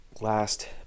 Last